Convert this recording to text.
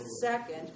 second